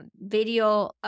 video